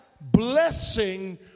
blessing